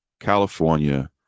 California